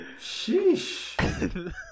Sheesh